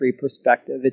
perspective